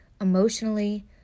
emotionally